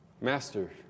Master